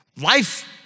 Life